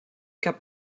cap